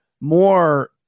more